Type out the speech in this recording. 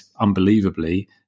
unbelievably